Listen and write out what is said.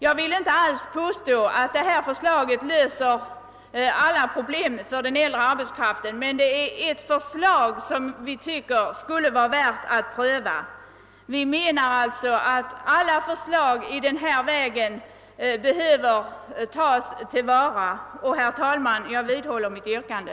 Jag vill inte alls påstå att systemet löser alla problem för den äldre arbetskraften, men vi tycker att förslaget är värt att prövas. Alla förslag i denna riktning behöver enligt vår mening tas till vara, och jag vidhåller, herr talman, mitt yrkande.